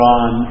on